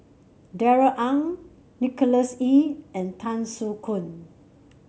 Darrell Ang Nicholas Ee and Tan Soo Khoon